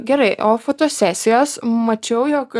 gerai o fotosesijos mačiau jog